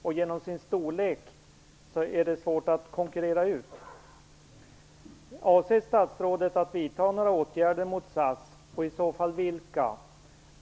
Det är svårt att konkurrera med SAS på grund av dess storlek.